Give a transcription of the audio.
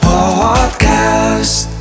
Podcast